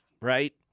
right